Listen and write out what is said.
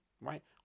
right